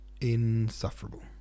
insufferable